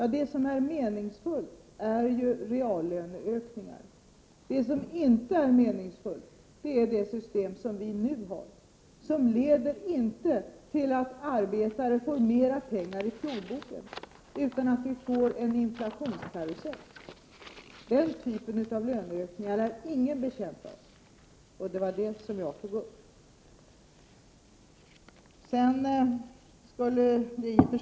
Det som är meningsfullt är reallöneökningar. Det som inte är meningsfullt är det system som vi nu har, som inte leder till att arbetare får mera pengar i plånboken utan till en inflationskarusell. Den typen av löneökningar är ingen betjänt av. Det är detta jag tog upp.